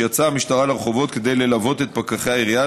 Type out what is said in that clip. יצאה המשטרה לרחובות כדי ללוות את פקחי העירייה,